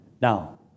Now